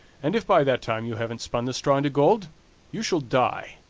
and if by that time you haven't spun the straw into gold you shall die.